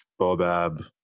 Bobab